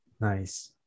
Nice